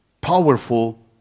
powerful